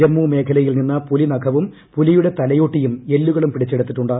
ജമ്മു മേഖലയിൽ നിന്ന് പുലി നഖവും പുലിയുടെ തലയോട്ടിയും എല്ലുകളും പിടിച്ചെടുത്തിട്ടുണ്ട്